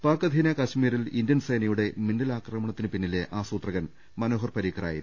പാക് അധീന കശ്മീരിൽ ഇന്ത്യൻ സേനയുടെ മിന്നലാക്രമണത്തിന് പിന്നിലെ ആസൂത്രകൻ മനോഹർ പരീക്കറായിരുന്നു